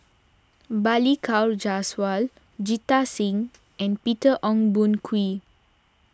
Balli Kaur Jaswal Jita Singh and Peter Ong Boon Kwee